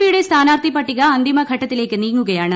പിയുടെ സ്ഥാനാർത്ഥി പട്ടിക അന്തിമഘട്ടത്തിലേക്ക് നീങ്ങുകയാണ്